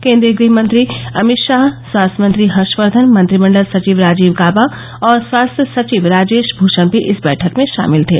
केंद्रीय गृह मंत्री अमित शाह स्वास्थ्य मंत्री हर्षकर्धन मंत्रिमंडल सचिव राजीव गाबा और स्वास्थ्य सचिव राजेश भूषण भी इस बैठक में शामिल थे